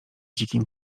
dzikim